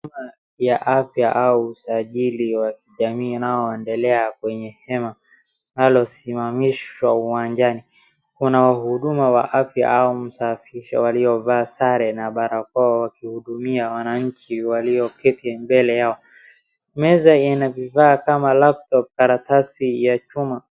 Huduma ya afya au usajili wa kijamii unaoendelea kwenye hema, linalosimamishwa uwanjani, kuna wahuduma wa afya au masafishi waliova sare na barakoa wakihudumia wananchi walioketi mbele yao. Meza ina vifaa kama laptop , karatasi ya chuma.